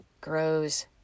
grows